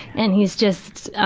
and he's just, ah